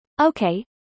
Okay